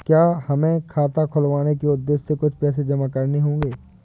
क्या हमें खाता खुलवाने के उद्देश्य से कुछ पैसे जमा करने होंगे?